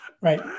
Right